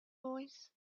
voice